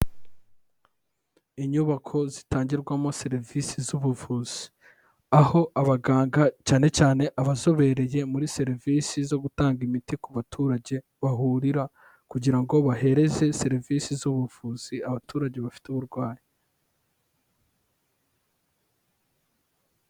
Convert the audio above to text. Inyubako zitangirwamo serivisi z'ubuvuzi, aho abaganga cyane cyane abazobereye muri serivisi zo gutanga imiti ku baturage bahurira kugira ngo bahereze serivisi z'ubuvuzi abaturage bafite uburwayi.